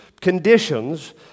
conditions